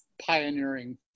Pioneering